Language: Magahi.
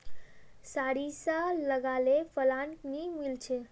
सारिसा लगाले फलान नि मीलचे?